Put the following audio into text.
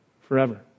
forever